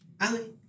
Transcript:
Ali